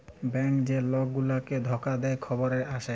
bank যে লক গুলাকে ধকা দে খবরে আসে